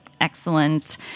Excellent